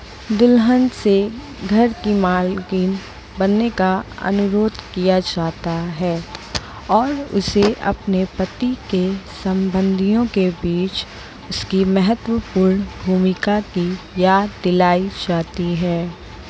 दुल्हन से घर की मालकिन बनने का अनुरोध किया जाता है और उसे अपने पति के सम्बन्धियों के बीच उसकी महत्वपूर्ण भूमिका की याद दिलाई जाती है